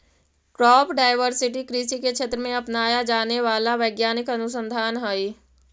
crop diversity कृषि के क्षेत्र में अपनाया जाने वाला वैज्ञानिक अनुसंधान हई